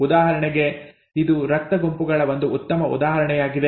ಉದಾಹರಣೆಗೆ ಇದು ರಕ್ತ ಗುಂಪುಗಳ ಒಂದು ಉತ್ತಮ ಉದಾಹರಣೆಯಾಗಿದೆ